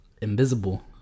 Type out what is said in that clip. Invisible